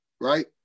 right